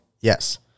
Yes